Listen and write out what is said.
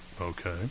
okay